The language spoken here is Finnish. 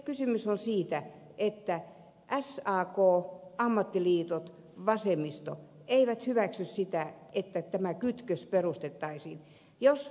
kysymys on siitä että sak ammattiliitot vasemmisto eivät hyväksy sitä että tämä kytkös purettaisiin